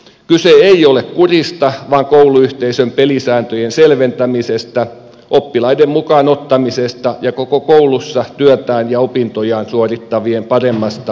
kyse ei ole kurista vaan kouluyhteisön pelisääntöjen selventämisestä oppilaiden mukaan ottamisesta ja koulussa työtään ja opintojaan suorittavien paremmasta viihtymisestä